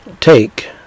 Take